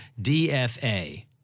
DFA